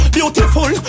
Beautiful